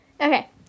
Okay